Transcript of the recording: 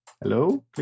Hello